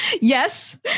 Yes